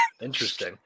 Interesting